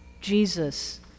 Jesus